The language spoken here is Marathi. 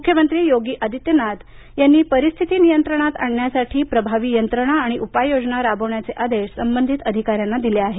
मुख्यमंत्री योगी आदित्यनाथ यांनी परिस्थिती नियंत्रणात आणण्यासाठी प्रभावी यंत्रणा आणि उपाययोजना राबवण्याचे आदेश संबंधित अधिकाऱ्यांना दिले आहेत